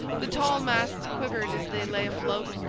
the tall masts quivered as they lay afloat,